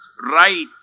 right